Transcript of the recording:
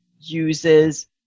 uses